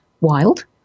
wild